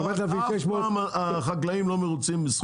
4,500 --- אף פעם החקלאים לא מרוצים מסכום.